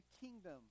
kingdom